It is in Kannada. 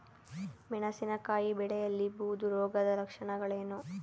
ಮೆಣಸಿನಕಾಯಿ ಬೆಳೆಯಲ್ಲಿ ಬೂದು ರೋಗದ ಲಕ್ಷಣಗಳೇನು?